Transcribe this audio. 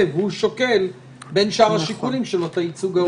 והוא שוקל בין שאר השיקולים שלו את הייצוג ההולם.